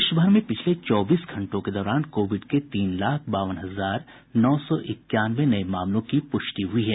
देश भर में पिछले चौबीस घंटों के दौरान कोविड के तीन लाख बावन हजार नौ सौ इक्यानवे नये मामलों की पुष्टि हुई है